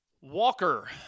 Walker